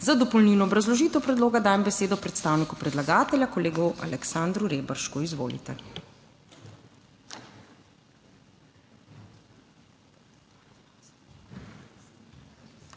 Za dopolnilno obrazložitev predloga zakona dajem besedo predstavniku predlagatelja gospodu Aleksandru Reberšku. Izvoli.